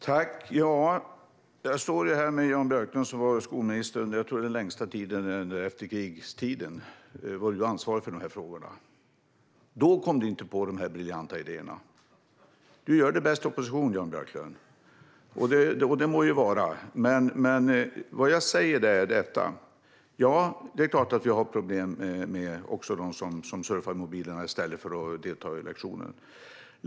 Fru talman! Jag står här med Jan Björklund, som har varit skolminister och ansvarig för de här frågorna längre tid än någon annan under efterkrigstiden. Då kom han inte på de här briljanta idéerna. Du gör dig bäst i opposition, Jan Björklund, och det må vara. Vad jag säger är detta: Det är klart att vi har problem med att det finns de som surfar på mobilerna i stället för att delta i lektionerna.